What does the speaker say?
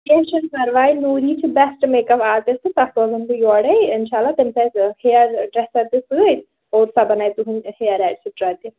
کیٚنٛہہ چھُنہٕ پرواے نوٗری چھُ بٮ۪سٹ میک اَپ آرٹِسٹ سۄ سوزَن بہٕ یورَے اِنشاء اللہ تٔمِس آسہِ ہِیَر ڈرٛٮ۪سَر تہِ سۭتۍ اور سۄ بنایہِ تُہُنٛد ہِیَر اٮ۪ٹسِٹرا تہِ